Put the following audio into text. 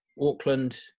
Auckland